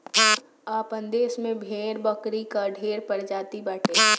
आपन देस में भेड़ बकरी कअ ढेर प्रजाति बाटे